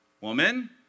woman